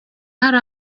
hari